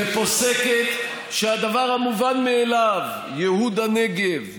ופוסקת שהדבר המובן מאליו ייהוד הנגב,